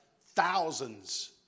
thousands